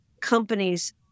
companies